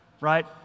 right